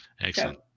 Excellent